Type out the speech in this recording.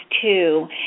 two